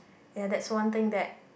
ya that's one thing that